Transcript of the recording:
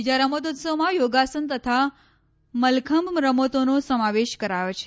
બીજા રમતોત્સવમાં યોગાસન તથા મલ્લખંભ રમતોનો સમાવેશ કરાયો છે